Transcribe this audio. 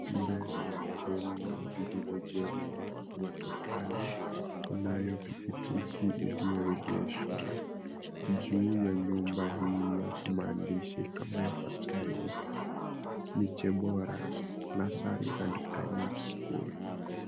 Mbele ya jengo lililojengwa kwa matofali. Kunayo pikipiki iliyoegeshwa. Juu ya nyumba hii yapo maandishi kama yafuatayo, Miche Bora Nursery and Primary School.